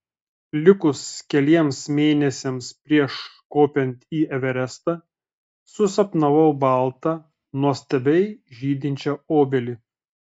likus keliems mėnesiams prieš kopiant į everestą susapnavau baltą nuostabiai žydinčią obelį